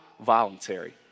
voluntary